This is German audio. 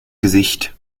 gesicht